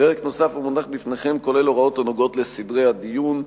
פרק נוסף המונח בפניכם כולל הוראות הנוגעות לסדרי הדיון,